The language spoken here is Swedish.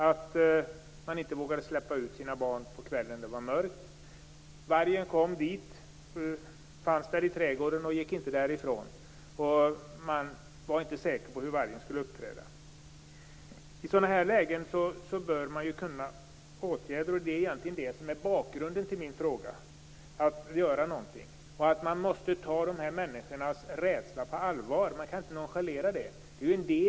De vågade inte släppa ut barnen på kvällarna när det var mörkt. Vargen fanns i trädgården och gick inte därifrån. De var inte säkra på hur vargen skulle uppträda. I sådana lägen bör man kunna vidta åtgärder. Det är det som är bakgrunden till min fråga. Dessa människors rädsla måste tas på allvar. Den kan inte nonchaleras.